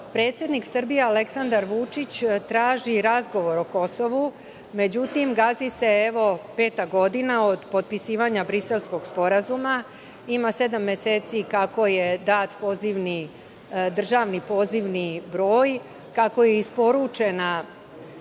predsednik Srbije Aleksandar Vučić traži razgovor o Kosovu. Međutim, gazi se evo peta godina od potpisivanja Briselskog sporazuma. Ima sedam meseci kako je dat državni pozivni broj, kako je isporučena